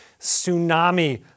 tsunami